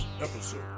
episode